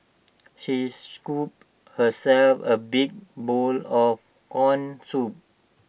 she scooped herself A big bowl of Corn Soup